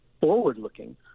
forward-looking